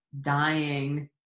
dying